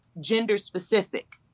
gender-specific